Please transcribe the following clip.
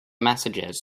messages